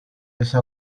ese